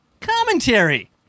commentary